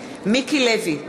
מיקי לוי,